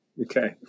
Okay